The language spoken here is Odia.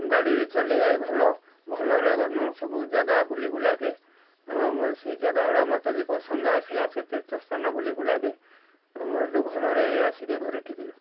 ଗାଡ଼ିରେ ଚଲେଇବା ବି ଭଲ ଭଲରେ ଗନୁ ସବୁ ଜାଗା ବୁଲିବୁଲାକି ସେ ଜାଗା ଗୁଡ଼ାକ ମୋତେ ବି ପସନ୍ଦ ଆସିଲା ସେ ତୀର୍ଥ ସ୍ଥାନ ବୁଲିବୁଲାକି ଭଲରେ ଆସିକି ଘରେ ଠିକିଲୁ